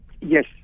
Yes